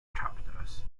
chapters